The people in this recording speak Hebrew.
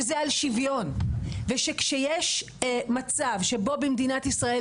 שזה על שוויון ושכשיש מצב שבו במדינת ישראל,